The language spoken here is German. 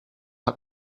hat